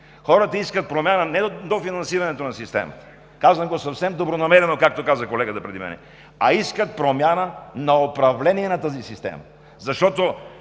Хората искат промяна не от дофинансирането на системата, казвам го съвсем добронамерено, както каза и колегата преди мен, а искат промяна на управлението на тази система.